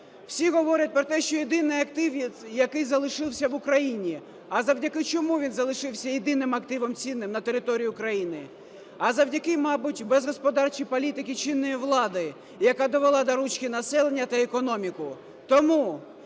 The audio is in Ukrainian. Всі говорять про те, що єдиний актив, який залишився в Україні. А завдяки чому він залишився єдиним активом цінним на території України? А завдяки, мабуть, безгосподарчій політиці чинної влади, яка довела до ручки населення та економіку. Тому